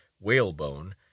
whalebone